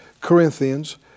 Corinthians